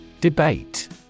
DEBATE